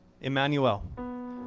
Emmanuel